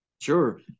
Sure